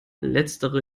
letztere